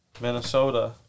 Minnesota